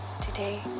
Today